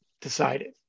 decided